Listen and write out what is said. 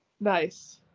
Nice